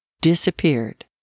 disappeared